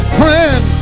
friend